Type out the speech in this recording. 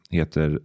Heter